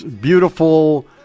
beautiful